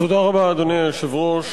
תודה רבה, אדוני היושב-ראש.